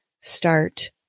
start